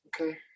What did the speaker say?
Okay